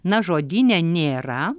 na žodyne nėra